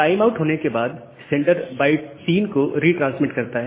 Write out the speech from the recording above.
time out होने के बाद सेंडर बाइट 3 को रिट्रांसमिट करता है